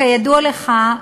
כידוע לך,